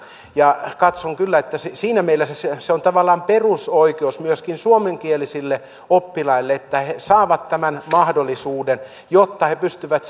ja katson kyllä että siinä mielessä se on tavallaan perusoikeus myöskin suomenkielisille oppilaille että he saavat tämän mahdollisuuden jotta he pystyvät